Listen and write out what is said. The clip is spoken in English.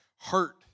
hurt